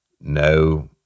no